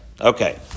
Okay